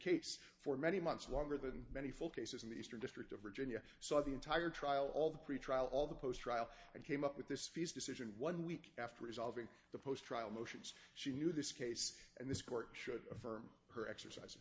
case for many months longer than many full cases in these districts of virginia saw the entire trial all the pretrial all the post trial and came up with this feast decision one week after resolving the post trial motions she knew this case and this court should affirm her exercising